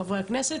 חברי הכנסת,